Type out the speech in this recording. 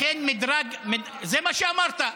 לכן, מדרג, זה מה שאמרת.